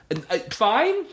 fine